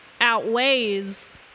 outweighs